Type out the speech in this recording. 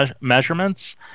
measurements